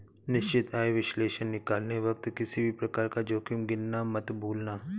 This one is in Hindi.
निश्चित आय विश्लेषण निकालते वक्त किसी भी प्रकार का जोखिम गिनना मत भूलना